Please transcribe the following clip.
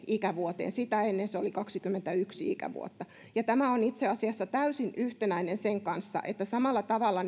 ikävuoteen kun sitä ennen se oli kaksikymmentäyksi ikävuotta tämä on itse asiassa täysin yhtenäinen sen kanssa että samalla tavalla